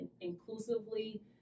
Inclusively